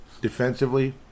defensively